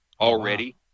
already